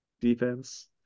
defense